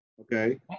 Okay